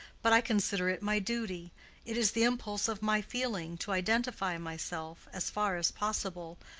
but i consider it my duty it is the impulse of my feeling to identify myself, as far as possible,